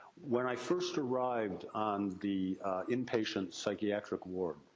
when i first arrived on the inpatient psychiatric ward.